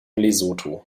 lesotho